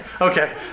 Okay